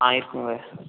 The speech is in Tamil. இருக்குங்க